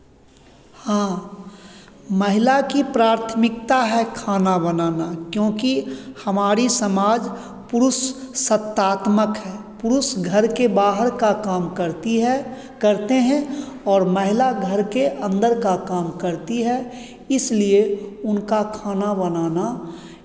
हाँ महिला की प्राथमिकता है खाना बनाना क्योंकि हमारी समाज पुरुष सत्तात्मक है पुरुष घर के बाहर का काम करती है करते हैं और महिला घर के अंदर का काम करती है इसलिए उनका खाना बनाना